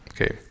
Okay